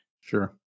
Sure